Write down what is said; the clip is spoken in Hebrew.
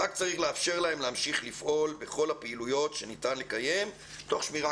רק צריך לאפשר להם להמשיך לפעול בכל הפעילויות שניתן לקיים תוך שמירה,